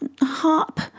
hop